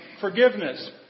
Forgiveness